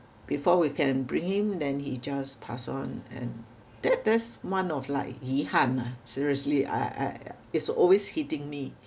before we can bring him then he just passed on and that that's one of like 遗憾 ah seriously I I it's always hitting me